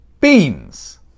Beans